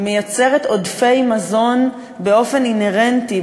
היא מייצרת עודפי מזון באופן אינהרנטי,